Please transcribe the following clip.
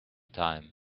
time